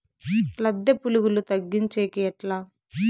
లద్దె పులుగులు తగ్గించేకి ఎట్లా?